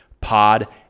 pod